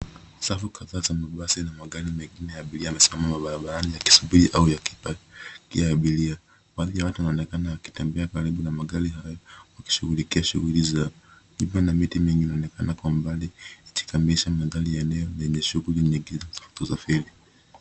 Safu kadhaa za mabasi na magari mengine ya abiria yamesimama barabara yakisubiri au yakipakia abiria. Baadhi ya watu wanaonekana wakitembea karibu na magari haya yakishughulikia shughuli zao. Nyumba na miti zingine zinaonekana kwa mbali ikikamilisha mandhari ya eneo lenye shughuli nyingi za usafiri.